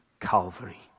Calvary